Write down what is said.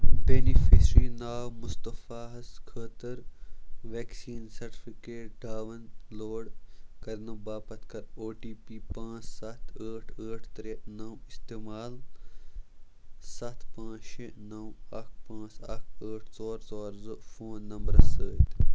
beneficiary ناو مُصطفیٰ ہَس خٲطرٕ وؠکسیٖن سرٹیفِکیٹ ڈاوُن لوڈ کَرنہٕ باپتھ کَر او ٹی پی پانٛژھ سَتھ ٲٹھ ٲٹھ ترٛےٚ نَو اِستعال سَتھ پانٛژھ شےٚ نَو اَکھ پانٛژھ اَکھ ٲٹھ ژور ژور زٕ فون نمبرس سۭتۍ